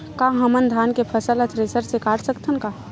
का हमन धान के फसल ला थ्रेसर से काट सकथन का?